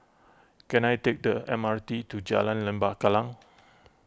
can I take the M R T to Jalan Lembah Kallang